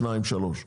שניים או שלושה,